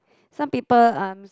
some people um